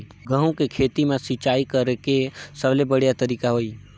गंहू के खेती मां सिंचाई करेके सबले बढ़िया तरीका होही?